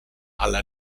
alla